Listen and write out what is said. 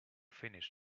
finish